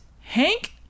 Hank